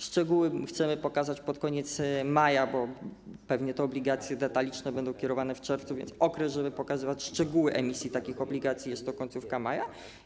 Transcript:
Szczegóły chcemy pokazać pod koniec maja, bo pewnie te obligacje detaliczne będą kierowane w czerwcu, więc okres, żeby pokazywać szczegóły emisji takich obligacji, to końcówka maja.